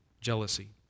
jealousy